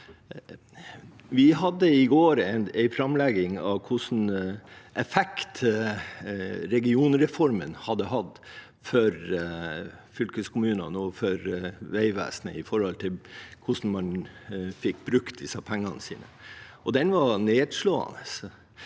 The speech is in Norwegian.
Vi hadde i går en framlegging om hvilken effekt regionreformen har hatt for fylkeskommunene og for Vegvesenet, med tanke på hvordan man fikk brukt pengene sine. Den var nedslående.